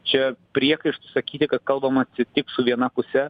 čia priekaištus sakyti kad kalbamasi tik su viena puse